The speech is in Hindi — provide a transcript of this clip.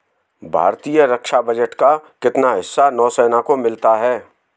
भारतीय रक्षा बजट का कितना हिस्सा नौसेना को मिलता है?